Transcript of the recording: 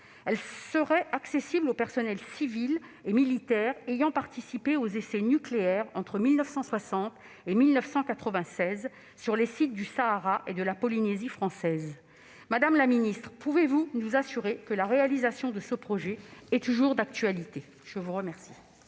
agrafe serait accessible au personnel civil ou militaire ayant participé aux essais nucléaires entre 1960 et 1996 sur les sites du Sahara et de la Polynésie française. Madame la ministre, pouvez-vous nous assurer que la réalisation de ce projet est toujours d'actualité ? La parole